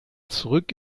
zurück